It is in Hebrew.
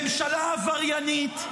ממשלה עבריינית,